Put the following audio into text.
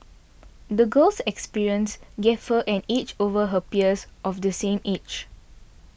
the girl's experiences gave her an edge over her peers of the same age